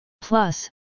Plus